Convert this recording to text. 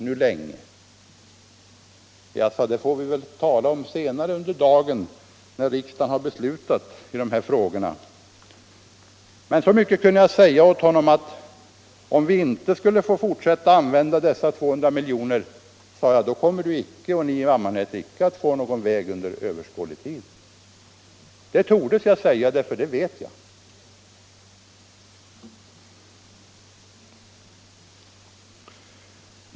Jag sade: Det får vi tala om senare under dagen, när riksdagen har beslutat i de här frågorna. Men så mycket kunde jag säga åt honom, att om vi inte skulle få fortsätta med de 200 miljonerna kommer man i Ammarnäs inte att få någon väg inom överskådlig tid. Det tordes jag säga, därför att jag vet det.